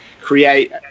create